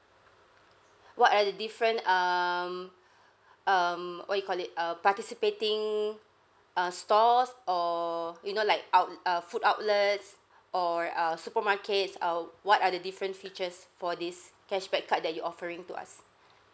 what are the different um um what you call it uh participating uh stores or you know like out uh food outlets or uh supermarkets uh what are the different features for this cashback card that you're offering to us